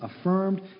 affirmed